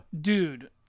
Dude